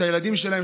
את הילדים שלהם,